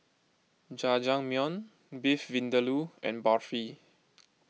Jajangmyeon Beef Vindaloo and Barfi